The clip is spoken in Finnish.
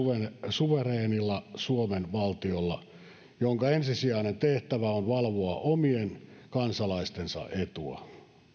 suvereenilla suomen valtiolla jonka ensisijainen tehtävä on valvoa omien kansalaistensa etua